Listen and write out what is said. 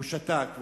הוא שתק.